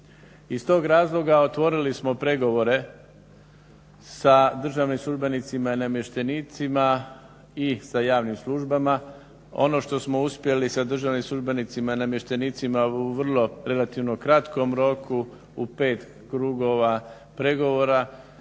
Iz tog razloga otvorili smo pregovore sa državnim službenicima i namještenicima i sa javnim službama. Ono što smo uspjeli sa državnim službenicima i namještenicima u vrlo relativno kratkom roku u 5 krugova pregovora